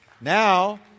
now